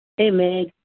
Amen